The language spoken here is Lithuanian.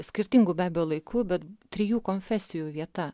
skirtingų be abejo laikų bet trijų konfesijų vieta